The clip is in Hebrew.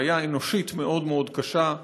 בעיה אנושית מאוד מאוד קשה.